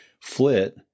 Flit